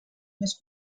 més